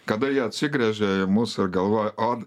kada jie atsigręžia į mus ir galvoja od